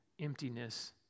emptiness